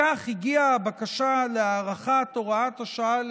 כך הגיעה לפתחנו כעת הבקשה להאריך את הוראת השעה.